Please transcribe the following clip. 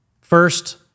First